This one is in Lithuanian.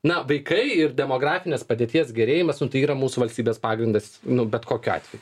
na vaikai ir demografinės padėties gerėjimas nu tai yra mūsų valstybės pagrindas nu bet kokiu atveju